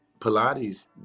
Pilates